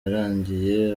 yarangiye